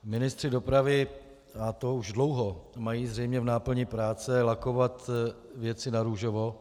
Ministři dopravy, a to už dlouho, mají zřejmě v náplni práce lakovat věci narůžovo.